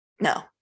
no